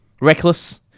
reckless